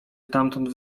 stamtąd